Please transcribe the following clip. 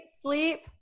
sleep